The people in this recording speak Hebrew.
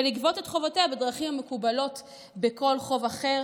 ולגבות את חובותיה בדרכים המקובלות בכל חוב אחר.